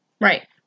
Right